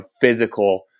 physical